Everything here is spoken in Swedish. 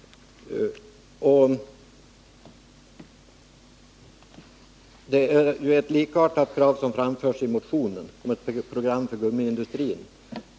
Också i föreliggande motion framförs ett krav om ett program för gummiindustrin.